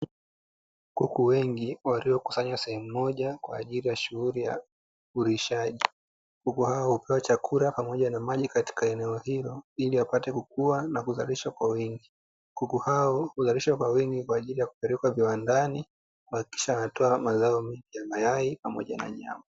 Kuku wengi walio kusanywa sehemu moja kwa ajili ya shughuli ya ulishaji, Kuku hawa hupewa chakula pamoja na maji katika eneo hilo ili wapate kukua na kuzalishwa kwa wingi. Kuku hao huzalishwa kwa wingi kwaajili ya kupelekwa viwandani, kuhakikisha wanatoa mazao ya mayai pamoja na nyama.